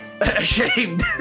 Ashamed